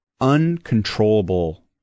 Uncontrollable